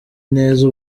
neza